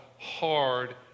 hard